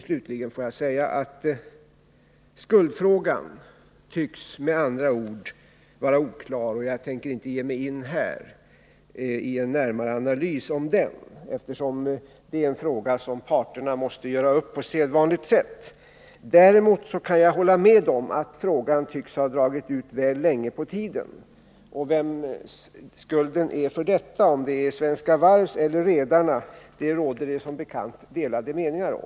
Slutligen vill jag säga att spörsmålet om skuldbördan tycks vara oklart och att jag inte nu kommer att gå in på en närmare analys av det, eftersom det är en fråga som parterna måste göra upp på sedvanligt sätt. Däremot kan jag hålla med om att ärendet tycks ha dragit ut väl långt på tiden. Frågan vem som har skulden för detta, Svenska Varv eller redarna, råder det som bekant delade meningar om.